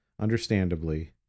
understandably